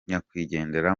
nyakwigendera